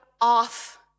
off